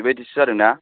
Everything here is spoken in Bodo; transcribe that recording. बेबादिसो जादों ना